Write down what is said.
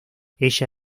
ella